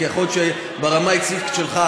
כי יכול להיות שברמה האישית שלך,